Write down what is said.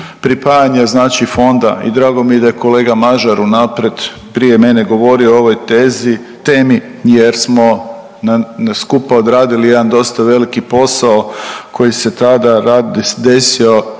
pripajanje znači fonda i drago mi je da je kolega Mažar unaprijed prije mene govorio o ovoj tezi, temi jer smo skupa odradili jedan dosta veliki posao koji se tada desio